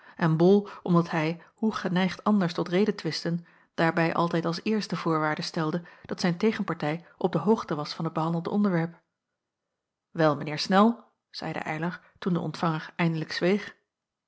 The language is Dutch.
en bol omdat hij hoe geneigd anders tot redetwisten daarbij altijd als eerste voorwaarde stelde dat zijn tegenpartij op de hoogte was van het behandelde onderwerp wel mijn heer snel zeide eylar toen de ontvanjacob